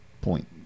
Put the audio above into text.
point